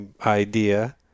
idea